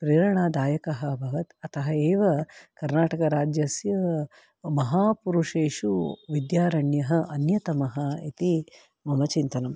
प्रेरणादायकः अभवत् अतः एव कर्णाटकराज्यस्य महापुरुषेषु विद्यारण्यः अन्यतमः इति मम चिन्तनम्